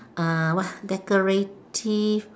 uh what decorative